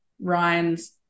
Ryan's